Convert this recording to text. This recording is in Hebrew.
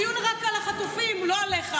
הדיון רק על החטופים, הוא לא עליך.